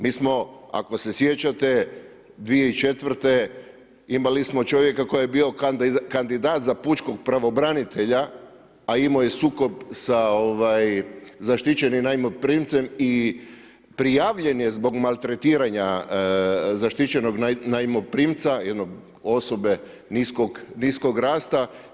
Mi smo ako se sjećate 2004. imali smo čovjeka koji je bio kandidat za pučkog pravobranitelja, a imao je sukob sa zaštićenim najmoprimcem i prijavljen je zbog maltretiranja zaštićenog najmoprimca jedne osobe niskog rasta.